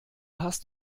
hast